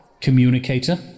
communicator